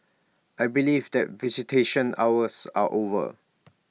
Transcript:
I believe that visitation hours are over